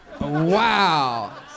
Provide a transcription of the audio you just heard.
Wow